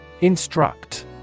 Instruct